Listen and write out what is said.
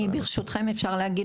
לפני כן אני רוצה לתת